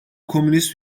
komünist